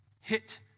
hit